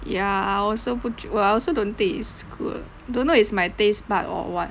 ya I also 不觉 I also don't taste good don't know is my taste bud or what